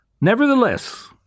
Nevertheless